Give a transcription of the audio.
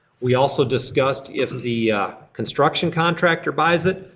we also discussed if the construction contractor buys it.